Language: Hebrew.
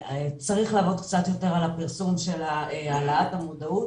צריך לעבוד קצת יותר על הפרסום של העלאת המודעות,